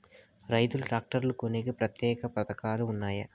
రైతులు ట్రాక్టర్లు కొనేకి ప్రత్యేక పథకాలు ఉన్నాయా?